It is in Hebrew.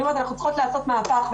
אני אומרת שאנחנו צריכות לעשות מהפך.